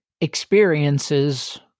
experiences